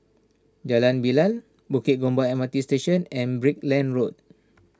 Jalan Bilal Bukit Gombak M R T Station and Brickland Road